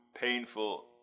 painful